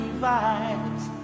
vibes